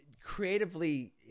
Creatively